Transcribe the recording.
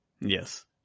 Yes